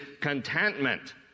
contentment